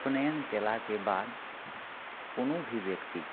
उपनेन केलाके बाद कोनो भी व्यक्ति